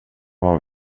har